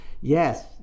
Yes